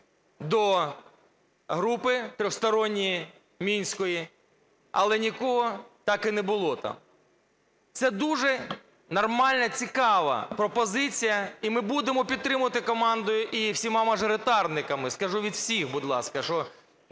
до групи тристоронньої мінської, але нікого так і не було там. Це дуже нормальна, цікава пропозиція, і ми будемо підтримувати командою і всіма мажоритарниками. Скажу від всіх, будь ласка, що